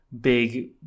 big